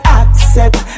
accept